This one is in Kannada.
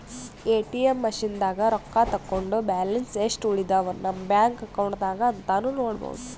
ಎ.ಟಿ.ಎಮ್ ಮಷಿನ್ದಾಗ್ ರೊಕ್ಕ ತಕ್ಕೊಂಡ್ ಬ್ಯಾಲೆನ್ಸ್ ಯೆಸ್ಟ್ ಉಳದವ್ ನಮ್ ಬ್ಯಾಂಕ್ ಅಕೌಂಟ್ದಾಗ್ ಅಂತಾನೂ ನೋಡ್ಬಹುದ್